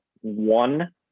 one